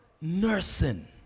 Nursing